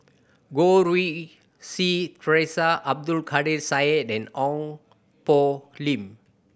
Goh Rui Si Theresa Abdul Kadir Syed and Ong Poh Lim